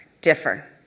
differ